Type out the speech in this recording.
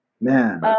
man